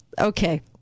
Okay